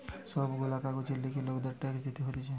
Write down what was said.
সব গুলা কাজের লিগে লোককে ট্যাক্স দিতে হতিছে